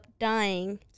dying